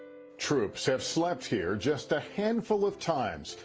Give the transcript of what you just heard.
troops have slept here just a handful of times,